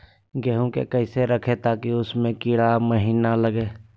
गेंहू को कैसे रखे ताकि उसमे कीड़ा महिना लगे?